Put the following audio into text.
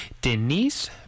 Denise